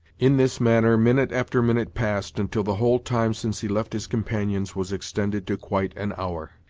in this manner minute after minute passed, until the whole time since he left his companions was extended to quite an hour.